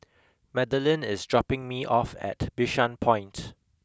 Madelyn is dropping me off at Bishan Point